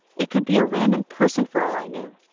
it could be a random person for all i knew.